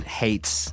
hates